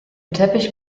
teppich